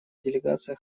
делегация